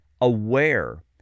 aware